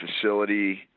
facility